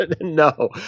No